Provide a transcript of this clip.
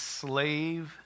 slave